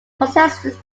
protesters